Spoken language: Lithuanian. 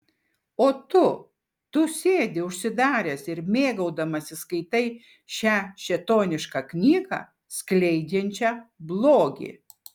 o tu tu sėdi užsidaręs ir mėgaudamasis skaitai šią šėtonišką knygą skleidžiančią blogį